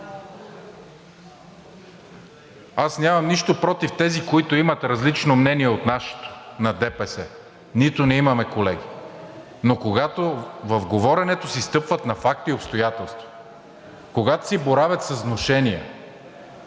Аз нямам нищо против тези, които имат различно мнение от нашето – на ДПС, нито ние имаме, колеги. Но когато в говоренето си стъпват на факти и обстоятелства, когато боравят с внушения,